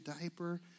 diaper